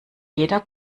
jeder